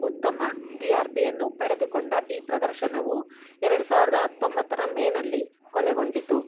ಉತ್ತಮ T R ಪಿಯನ್ನು ಪಡೆದುಕೊಂಡ ಈ ಪ್ರದರ್ಶನವು ಎರಡು ಸಾವಿರದ ಹತ್ತೊಂಬತ್ತರ ಮೇನಲ್ಲಿ ಕೊನೆಗೊಂಡಿತು